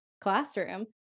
classroom